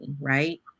Right